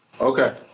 Okay